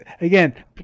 again